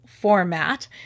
format